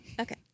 Okay